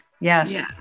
yes